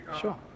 Sure